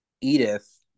Edith